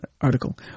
article